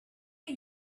are